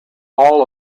all